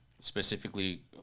Specifically